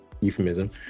euphemism